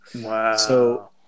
Wow